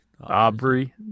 Aubrey